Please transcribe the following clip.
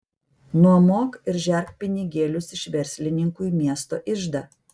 nuomok ir žerk pinigėlius iš verslininkų į miesto iždą